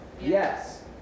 Yes